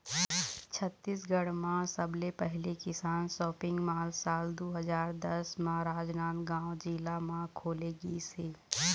छत्तीसगढ़ म सबले पहिली किसान सॉपिंग मॉल साल दू हजार दस म राजनांदगांव जिला म खोले गिस हे